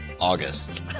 August